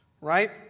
right